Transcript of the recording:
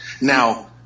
Now